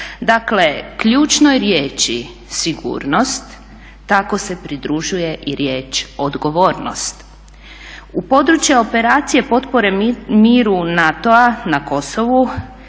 Dakle, ključnoj riječi sigurnost tako se pridružuje i riječ odgovornost. U područja operacije potpore miru NATO-a na Kosovu